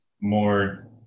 more